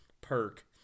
perk